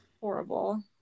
horrible